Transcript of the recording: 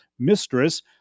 Mistress